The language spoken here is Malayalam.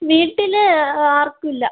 വീട്ടിൽ ആർക്കുമില്ല